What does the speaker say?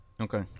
Okay